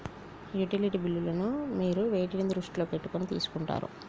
Utility బిల్లులను మీరు వేటిని దృష్టిలో పెట్టుకొని తీసుకుంటారు?